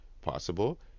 possible